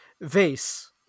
vase